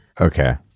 Okay